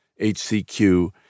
HCQ